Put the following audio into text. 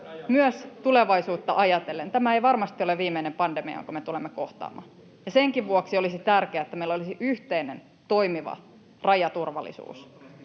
Miten Suomen rajat?] Tämä ei varmasti ole viimeinen pandemia, jonka me tulemme kohtaamaan, ja senkin vuoksi olisi tärkeää, että meillä olisi yhteinen toimiva rajaturvallisuus